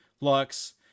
Lux